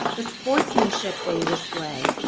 the sportsmanship they display.